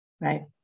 Right